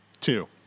Two